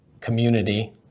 community